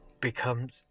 becomes